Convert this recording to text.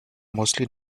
mostly